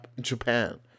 Japan